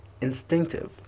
instinctive